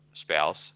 spouse